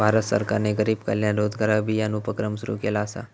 भारत सरकारने गरीब कल्याण रोजगार अभियान उपक्रम सुरू केला असा